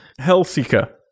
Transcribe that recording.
Hellseeker